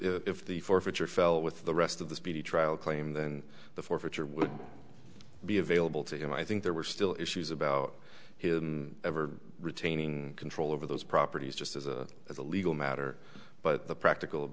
if the forfeiture fell with the rest of the speedy trial claim then the forfeiture would be available to him i think there were still issues about his ever retaining control over those properties just as a as a legal matter but the practical